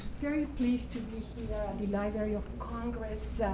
very pleased to be here at the library of congress,